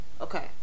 Okay